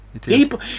People